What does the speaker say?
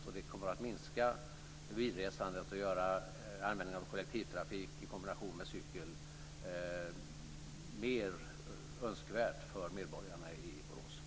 Det kommer att minska bilresandet och göra användningen av kollektivtrafik i kombination med cykel mer önskvärt för medborgarna i Borås.